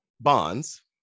bonds